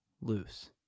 Loose